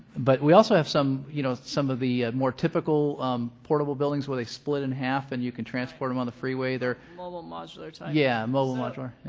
but we also have some you know, some of the more typical portable buildings where they split in half and you can transport them on the freeway there right. mobile modular type. yeah, mobile modular.